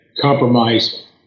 compromise